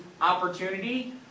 opportunity